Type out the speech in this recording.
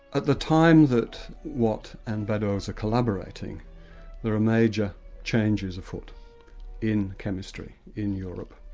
at the time that watt and beddoes are collaborating there are major changes afoot in chemistry in europe.